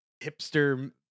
hipster